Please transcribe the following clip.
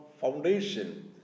foundation